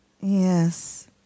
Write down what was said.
Yes